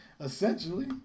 essentially